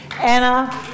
Anna